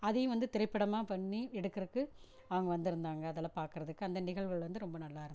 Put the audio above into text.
அதையும் வந்து திரைப்படமா பண்ணி எடுக்கறதுக்கு அவங்க வந்துருந்தாங்க அதில் பார்க்கறத்துக்கு அந்த நிகழ்வுகள் வந்து ரொம்ப நல்லாருந்துச்சு